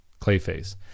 Clayface